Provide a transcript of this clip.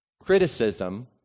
Criticism